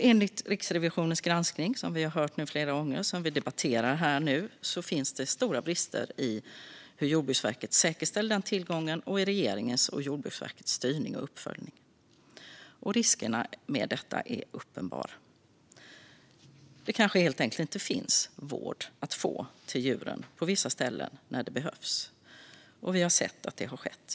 Enligt Riksrevisionens granskning, som vi debatterar här nu, finns det, som vi har hört flera gånger, stora brister i hur Jordbruksverket säkerställer den tillgången samt i regeringens och Jordbruksverkets styrning och uppföljning. Riskerna med detta är uppenbara. Det kanske helt enkelt inte finns vård att få till djuren på vissa ställen när det behövs. Vi har sett att det har skett.